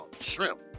shrimp